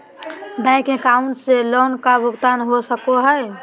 Bank account से loan का भुगतान हो सको हई?